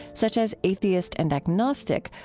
such as atheist and agnostic,